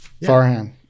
Farhan